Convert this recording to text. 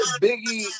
Biggie